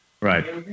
Right